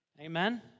Amen